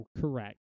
correct